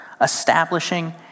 establishing